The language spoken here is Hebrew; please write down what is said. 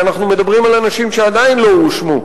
אנחנו מדברים על אנשים שעדיין לא הואשמו,